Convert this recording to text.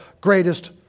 greatest